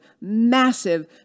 massive